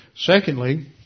Secondly